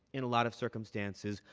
in a lot of circumstances,